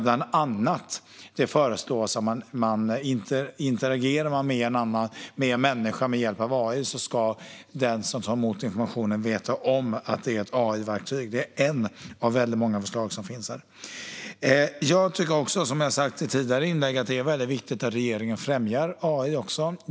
Bland annat föreslås det att om man interagerar med en annan människa med hjälp av AI ska den som tar emot informationen veta att det är ett AI-verktyg. Det är ett av väldigt många förslag som finns här. Jag tycker också, som jag sagt i tidigare inlägg, att det är väldigt viktigt att regeringen främjar AI.